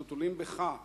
אנו תולים בך,